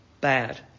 bad